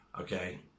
okay